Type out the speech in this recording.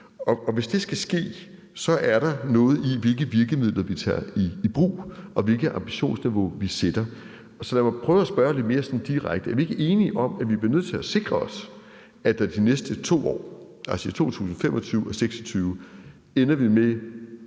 Hvis det skal ske, er der noget i, hvilke virkemidler vi tager i brug, og hvilket ambitionsniveau vi fastsætter. Så lad mig prøve at spørge sådan lidt mere direkte: Er vi ikke enige om, at vi bliver nødt til at sikre os, at vi de næste 2 år – altså i 2025 og 2026 – ender med